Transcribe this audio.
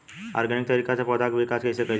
Organic तरीका से पौधा क विकास कइसे कईल जाला?